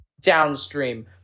downstream